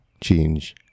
change